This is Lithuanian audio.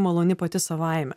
maloni pati savaime